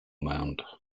mound